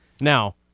Now